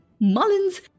Mullins